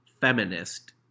feminist